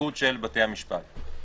בתפקוד של בתי המשפט.